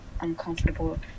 uncomfortable